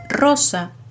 Rosa